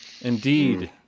Indeed